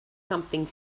something